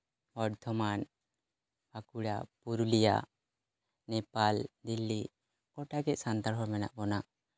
ᱵᱚᱨᱫᱷᱚᱢᱟᱱ ᱵᱟᱸᱠᱩᱲᱟ ᱯᱩᱨᱩᱞᱤᱭᱟᱹ ᱱᱮᱯᱟᱞ ᱫᱤᱞᱞᱤ ᱜᱳᱴᱟᱜᱮ ᱥᱟᱱᱛᱟᱲ ᱦᱚᱲ ᱢᱮᱱᱟᱜ ᱵᱚᱱᱟ